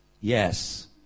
Yes